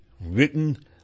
written